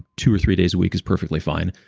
two or three days a week is perfectly fine.